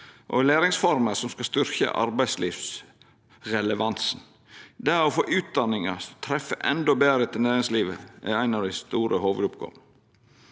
og læringsformer som skal styrkja arbeidslivsrelevansen. Det å få utdanningar som treffer endå betre til næringslivet, er ei av dei store hovudoppgåvene.